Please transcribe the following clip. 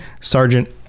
sergeant